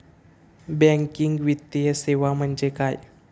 Banking वित्तीय सेवा म्हणजे काय?